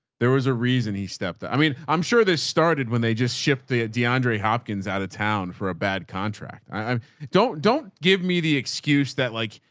there was a reason he stepped up. i mean, i'm sure they started when they just shipped the deandre hopkins out of town for a bad contract. i um don't don't give me the excuse that like,